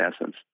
essence